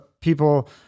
people